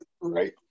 right